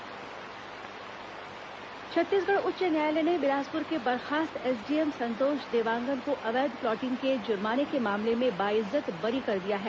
high court SDM बरी छत्तीसगढ़ उच्च न्यायालय ने बिलासपुर के बर्खास्त एसडीएम संतोष देवांगन को अवैध प्लाटिंग के जुर्माने के मामले में बाइज्जत बरी कर दिया है